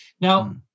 Now